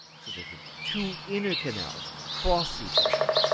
so that the two inner canals cross each other.